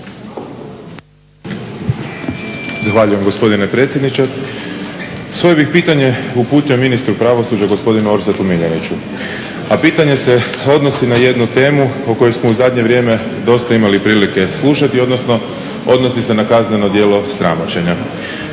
Zahvaljujem gospodine predsjedniče. Svoje bih pitanje uputio ministru pravosuđa gospodinu Orsatu Miljeniću. A pitanje se odnosi na jednu temu o kojoj smo u zadnje vrijeme dosta imali prilike slušati, odnosno odnosi se na kazneno djelo sramoćenja.